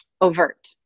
overt